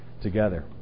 together